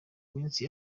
minsi